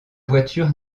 voiture